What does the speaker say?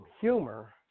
humor